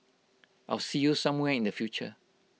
I'll see you somewhere in the future